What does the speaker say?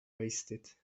wasted